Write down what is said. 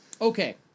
Okay